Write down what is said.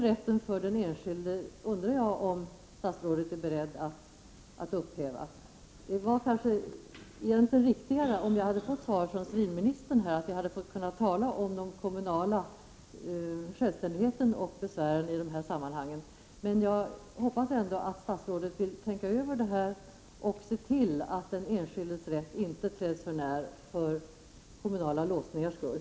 Jag undrar om statsrådet är beredd att upphäva den enskildes rätt att överklaga. Det hade kanske varit riktigare om jag hade fått svar från civilministern på denna fråga. Då hade vi kunnat tala om den kommunala självbestämmanderätten och besvärsmöjligheten i dessa sammanhang. Jag hoppas emellertid att statsrådet vill tänka över denna fråga och se till att den enskildes rätt inte träds för när för kommunala låsningars skull.